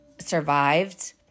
survived